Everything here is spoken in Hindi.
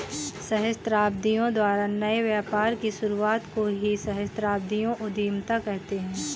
सहस्राब्दियों द्वारा नए व्यापार की शुरुआत को ही सहस्राब्दियों उधीमता कहते हैं